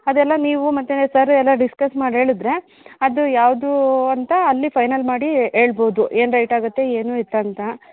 ಅದೆಲ್ಲ ನೀವು ಮತ್ತು ಸರ್ ಎಲ್ಲ ಡಿಸ್ಕಸ್ ಮಾಡಿ ಹೇಳಿದ್ರೆ ಅದು ಯಾವ್ದು ಅಂತ ಅಲ್ಲಿ ಫೈನಲ್ ಮಾಡಿ ಹೇಳ್ಬೋದು ಏನು ರೈಟ್ ಆಗುತ್ತೆ ಏನು ಎತ್ತ ಅಂತ